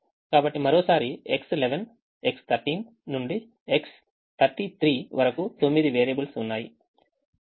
కాబట్టి మరోసారి X11 X13 నుండి X33 వరకు 9 వేరియబుల్స్ ఉన్నాయి